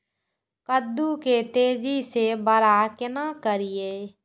कद्दू के तेजी से बड़ा केना करिए?